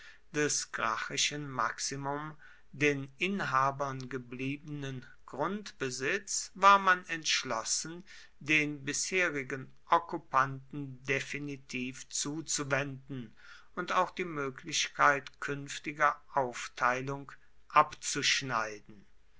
des gracchischen maximum den inhabern gebliebenen grundbesitz war man entschlossen den bisherigen okkupanten definitiv zuzuwenden und auch die möglichkeit künftiger aufteilung abzuschneiden